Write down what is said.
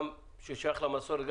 שגם שייך למסורת,